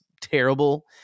terrible